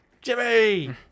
Jimmy